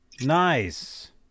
Nice